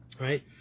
right